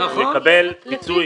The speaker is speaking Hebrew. הוא יקבל פיצוי.